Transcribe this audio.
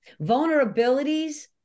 Vulnerabilities